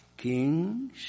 Kings